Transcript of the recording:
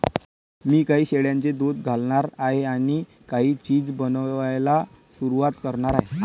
मी काही शेळ्यांचे दूध घालणार आहे आणि काही चीज बनवायला सुरुवात करणार आहे